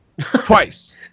twice